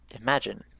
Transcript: Imagine